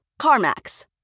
CarMax